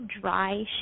dry